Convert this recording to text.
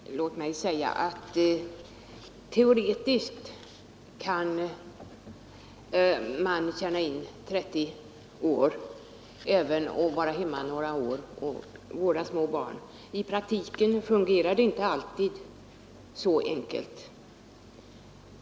Herr talman! Låt mig säga att teoretiskt kan man tjäna in 30 år även om man är hemma några år och vårdar små barn. I praktiken fungerar det inte alltid så enkelt.